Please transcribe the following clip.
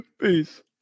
Peace